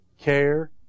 care